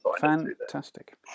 Fantastic